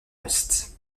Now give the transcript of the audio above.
west